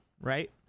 right